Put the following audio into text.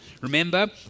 remember